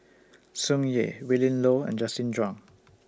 Tsung Yeh Willin Low and Justin Zhuang